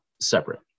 separate